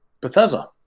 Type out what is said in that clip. bethesda